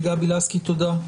תודה,